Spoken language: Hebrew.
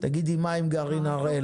תגידי מה עם גרעין הראל.